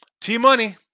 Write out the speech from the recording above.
T-Money